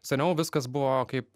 seniau viskas buvo kaip